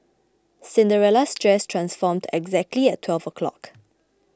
Cinderella's dress transformed exactly at twelve o'clock